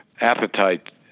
appetite